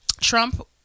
Trump